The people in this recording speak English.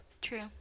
true